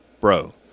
Bro